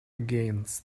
against